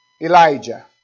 Elijah